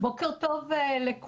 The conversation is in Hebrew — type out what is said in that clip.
בוקר טוב לכולכם.